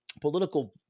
Political